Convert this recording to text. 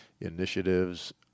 initiatives